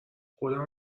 خودم